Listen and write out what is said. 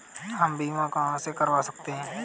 हम बीमा कहां से करवा सकते हैं?